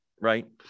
right